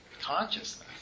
consciousness